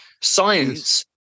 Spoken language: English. science